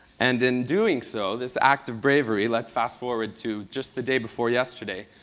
and in doing so, this act of bravery, let's fast forward to just the day before yesterday,